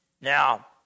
Now